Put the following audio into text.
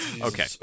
Okay